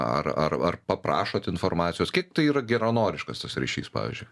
ar ar ar paprašot informacijos kiek tai yra geranoriškas tas ryšys pavyzdžiui